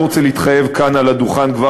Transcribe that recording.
אני לא רוצה להתחייב כאן על הדוכן על